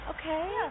Okay